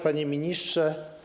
Panie Ministrze!